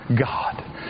God